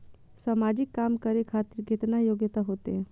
समाजिक काम करें खातिर केतना योग्यता होते?